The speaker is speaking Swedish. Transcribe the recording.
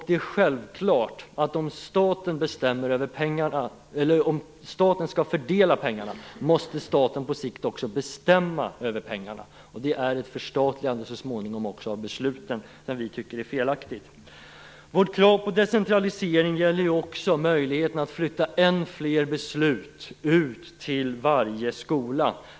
Det är självklart att om staten skall fördela pengarna måste staten på sikt också bestämma över pengarna. Det innebär så småningom också ett förstatligande av besluten, vilket vi tycker är felaktigt. Vårt krav på decentralisering gäller också möjligheten att flytta än fler beslut ut till varje skola.